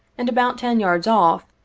and about ten yards off,